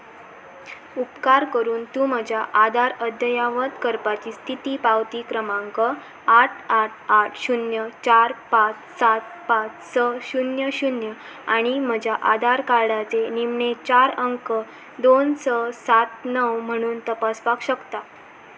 उपकार करून तूं म्हज्या आदार अद्यावत करपाची स्थिती पावती क्रमांक आठ आठ आठ शुन्य चार पांच सात पांच स शुन्य शुन्य आनी म्हज्या आदार कार्डाचे निमणे चार अंक दोन स सात णव म्हणून तपासपाक शकता